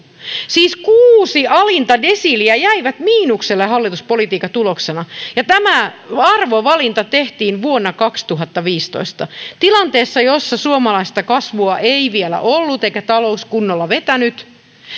siis kuusi alinta desiiliä jäivät miinukselle hallituspolitiikan tuloksena ja tämä arvovalinta tehtiin vuonna kaksituhattaviisitoista tilanteessa jossa suomalaista kasvua ei vielä ollut eikä talous kunnolla vetänyt